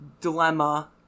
dilemma